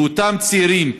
לאותם צעירים,